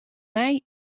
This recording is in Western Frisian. nij